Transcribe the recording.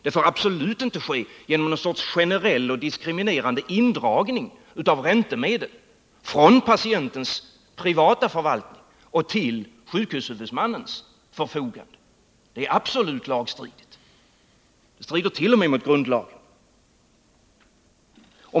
Det får absolut inte ske genom någon generell och diskriminerande indragning av räntemedel från patientens privata förvaltning till sjukhushuvudmannens förfogande. Det är absolut lagstridigt. Det strider t.o.m. mot grundlagen.